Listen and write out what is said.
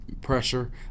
pressure